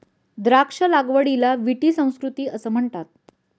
द्राक्ष लागवडीला विटी संस्कृती म्हणतात